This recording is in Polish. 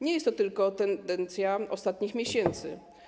Nie jest to tylko tendencja ostatnich miesięcy.